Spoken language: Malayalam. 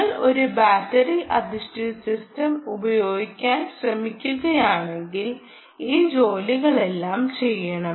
നിങ്ങൾ ഒരു ബാറ്ററി അധിഷ്ഠിത സിസ്റ്റം ഉപയോഗിക്കാൻ ശ്രമിക്കുകയാണെങ്കിൽ ഈ ജോലികളെല്ലാം ചെയ്യണം